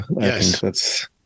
Yes